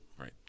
right